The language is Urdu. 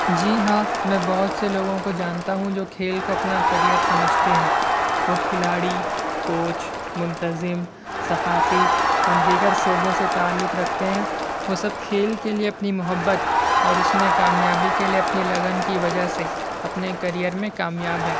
جی ہاں میں بہت سے لوگوں کو جانتا ہوں جو کھیل کو اپنا کیرئر سمجھتے ہیں وہ کھلاڑی کوچ منتطم صحافی اور دیگر شعبوں سے تعلق رکھتے ہیں وہ سب کھیل کے لیے اپنی محبت اور اس میں کامیابی کے لیے اپنی لگن کی وجہ سے اپنے کیرئر میں کامیاب ہیں